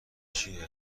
چیه